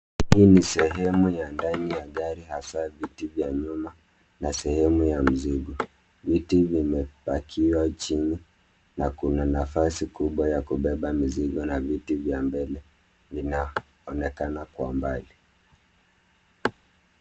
Hii ni sehemu ya ndani ya gari hasa viti vya nyuma na sehemu ya mzigo. Viti vimepakiwa chini na kuna nafasi kubwa ya kubeba mizigo na viti vya mbele vinaonekana kwa mbali.